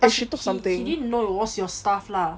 but he he didn't know was your stuffs lah